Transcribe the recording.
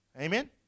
Amen